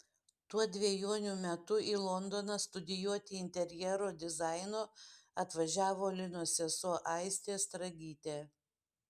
tuo dvejonių metu į londoną studijuoti interjero dizaino atvažiavo linos sesuo aistė stragytė